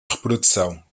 reprodução